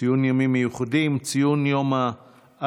ציון ימים מיוחדים, ציון יום העלייה.